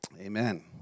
Amen